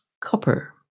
Copper